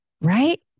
right